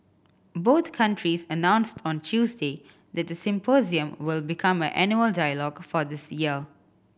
both countries announced on Tuesday that the symposium will become an annual dialogue for this year